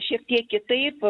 šiek tiek kitaip